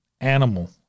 animal